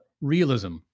realism